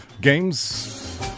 games